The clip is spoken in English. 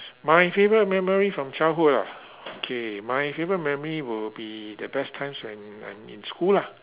my favourite memory from childhood ah okay my favourite memory will be the best times when I'm in school lah